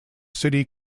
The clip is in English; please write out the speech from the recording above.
city